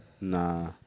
Nah